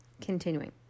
Continuing